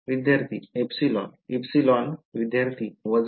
विद्यार्थी ε ε विद्यार्थी वजा